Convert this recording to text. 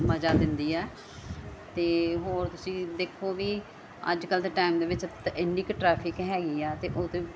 ਮਜ਼ਾ ਦਿੰਦੀ ਆ ਅਤੇ ਹੋਰ ਤੁਸੀਂ ਦੇਖੋ ਵੀ ਅੱਜ ਕੱਲ੍ਹ ਦੇ ਟਾਈਮ ਦੇ ਵਿੱਚ ਇੰਨੀ ਕ ਟਰੈਫਿਕ ਹੈਗੀ ਆ ਅਤੇ ਉਹਦੇ